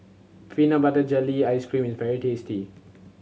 peanut butter jelly ice cream is very tasty